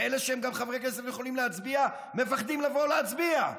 ואלה שהם גם חברי כנסת ויכולים להצביע מפחדים לבוא להצביע,